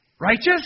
righteous